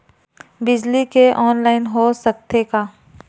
बिजली के ऑनलाइन हो सकथे का?